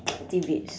tidbits